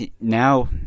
Now